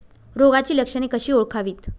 रोगाची लक्षणे कशी ओळखावीत?